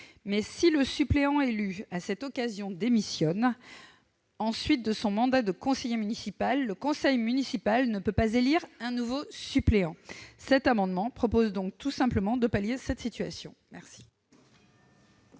Mais si le suppléant élu à cette occasion démissionne ensuite de son mandat de conseiller municipal, le conseil municipal ne peut pas élire un nouveau suppléant. Cet amendement tend à remédier à cette situation. La